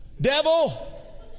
Devil